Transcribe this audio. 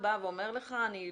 אנחנו נקרא את סעיף 5,